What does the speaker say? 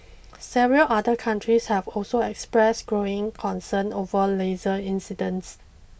several other countries have also expressed growing concern over laser incidents